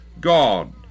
God